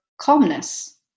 calmness